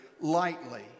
lightly